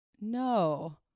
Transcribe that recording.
No